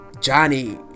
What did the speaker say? Johnny